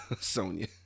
Sonya